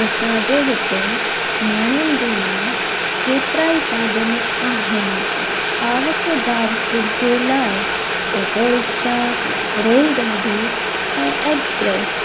असांजे हिते माण्हुन जे लाए केतरा ई साधन आहिनि आवक जावक जे लाए ऑटोरिक्शा रेलगाॾी ऐं एक्स्प्रेस